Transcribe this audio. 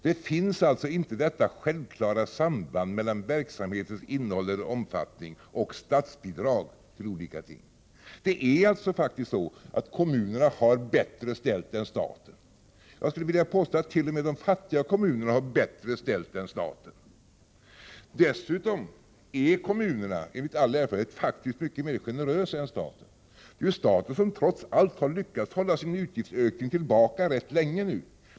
Det finns alltså inte ett självklart samband mellan verksamhetens innehåll eller omfattning och statsbidrag till olika ting. Det är faktiskt så att kommunerna har det bättre ställt än staten. Jag skulle vilja påstå att t.o.m. de fattiga kommunerna har det bättre ställt än staten. Dessutom är kommunerna enligt all erfarenhet mycket mer generösa än staten. Det är ju staten som trots allt har lyckats hålla sin utgiftsökning tillbaka rätt länge nu.